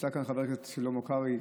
נמצא כאן חבר הכנסת שלמה קרעי,